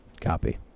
Copy